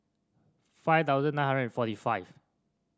five thousand nine hundred forty five